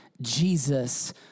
Jesus